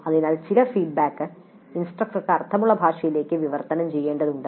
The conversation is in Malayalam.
അതിനാൽ ചില ഫീഡ്ബാക്ക് ഇൻസ്ട്രക്ടർക്ക് അർത്ഥമുള്ള ഭാഷയിലേക്ക് വിവർത്തനം ചെയ്യേണ്ടതുണ്ട്